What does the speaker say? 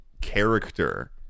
character